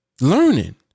Learning